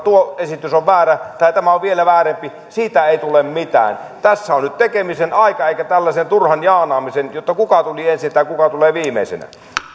tuo esitys on väärä tai tämä on vielä väärempi siitä ei tule mitään tässä on nyt tekemisen aika eikä tällaisen turhan jaanaamisen jotta kuka tuli ensin tai kuka tulee viimeisenä